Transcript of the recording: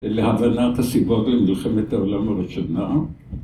להבנת הסיבות למלחמת העולם הראשונה